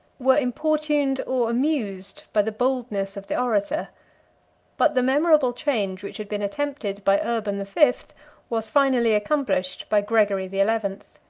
were importuned or amused by the boldness of the orator but the memorable change which had been attempted by urban the fifth was finally accomplished by gregory the eleventh.